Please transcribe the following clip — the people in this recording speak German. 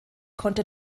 konnte